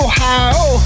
Ohio